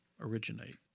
originate